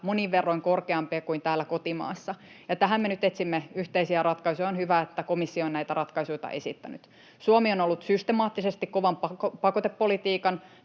monin verroin korkeampia kuin täällä kotimaassa. Tähän me nyt etsimme yhteisiä ratkaisuja, ja on hyvä, että komissio on näitä ratkaisuja esittänyt. Suomi on ollut systemaattisesti kovan pakotepolitiikan